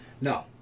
No